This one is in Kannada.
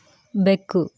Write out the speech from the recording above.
ಬೆಕ್ಕು